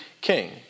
king